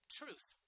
truth